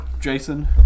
jason